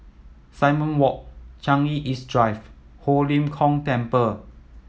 Simon Walk Changi East Drive Ho Lim Kong Temple